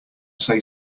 say